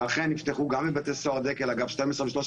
שאכן נפתחו גם בבתי סוהר דקל אגף 12 ו-13